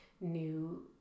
new